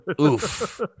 Oof